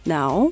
Now